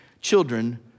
children